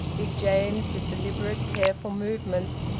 big james, with deliberate, careful movements,